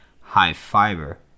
high-fiber